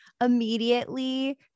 immediately